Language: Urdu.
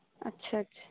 اچھا اچھا